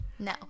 No